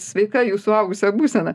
sveika jų suaugusio būsena